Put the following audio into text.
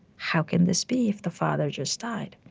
how can this be if the father just died?